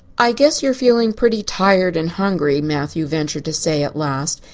i guess you're feeling pretty tired and hungry, matthew ventured to say at last,